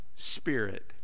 spirit